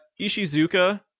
Ishizuka